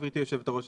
גברתי יושבת-הראש,